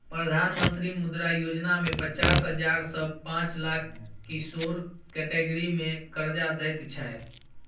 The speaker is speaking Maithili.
प्रधानमंत्री मुद्रा योजना मे पचास हजार सँ पाँच लाख किशोर कैटेगरी मे करजा दैत छै